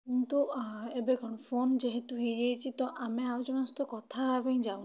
କିନ୍ତୁ ଏବେ କଣ ଫୋନ୍ ଯେହେତୁ ଏବେ ହୋଇଯାଇଛି ତ ଆମେ ଆଉ ଜଣକ ସହିତ କଥା ହେବାପାଇଁ ଯାଉନାହାନ୍ତି